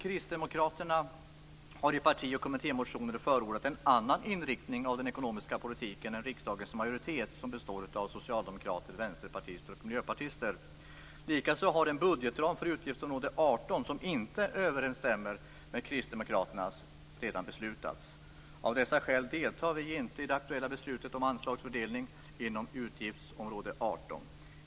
Kristdemokraterna har i parti och kommittémotioner förordat en annan inriktning av den ekonomiska politiken än riksdagens majoritet, som består av socialdemokrater, vänsterpartister och miljöpartister. Likaså har den budgetram för utgiftsområde 18 som inte överensstämmer med kristdemokraternas redan beslutats. Av dessa skäl deltar vi inte i det aktuella beslutet om anslagsfördelningen inom utgiftsområde 18.